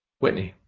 whitney.